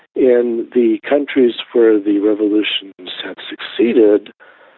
in the countries where the revolutions have succeeded,